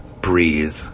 breathe